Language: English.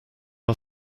are